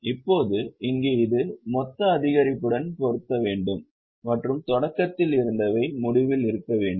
இப்போது இங்கே இது மொத்த அதிகரிப்புடன் பொருந்த வேண்டும் மற்றும் தொடக்கத்தில் இருந்தவை முடிவில் இருக்க வேண்டும்